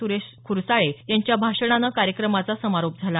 सुरेश खुरसाळे यांच्या भाषणाने कार्यक्रमाचा समारोप झाला